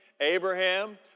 Abraham